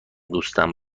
دوستم